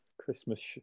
Christmas